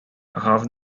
half